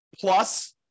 plus